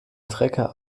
trecker